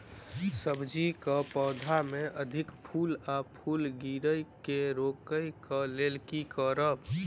सब्जी कऽ पौधा मे अधिक फूल आ फूल गिरय केँ रोकय कऽ लेल की करब?